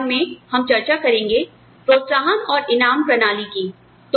अगले व्याख्यान में हम चर्चा करेंगे प्रोत्साहन और इनाम प्रणाली की